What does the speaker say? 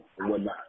whatnot